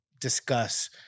discuss